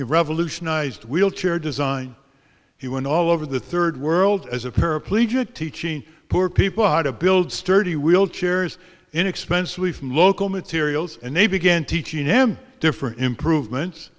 revolutionized wheelchair design he went all over the third world as a paraplegic teaching poor people how to build sturdy wheelchairs inexpensively from local materials and they began teaching him different improvements